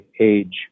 age